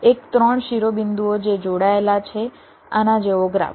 એક 3 શિરોબિંદુઓ જે જોડાયેલા છે આના જેવો ગ્રાફ